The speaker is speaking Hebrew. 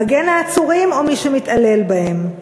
מגן העצורים או מי שמתעלל בהם?